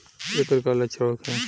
ऐकर का लक्षण होखे?